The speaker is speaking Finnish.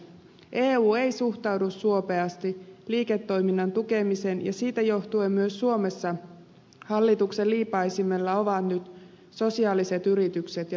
eu ei suhtaudu suopeasti liiketoiminnan tukemiseen ja siitä johtuen myös suomessa hallituksen liipaisimella ovat nyt sosiaaliset yritykset ja tukityöllistäminen